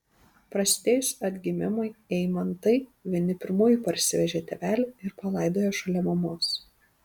prasidėjus atgimimui eimantai vieni pirmųjų parsivežė tėvelį ir palaidojo šalia mamos